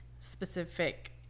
specific